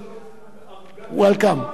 welcome,